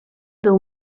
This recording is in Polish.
był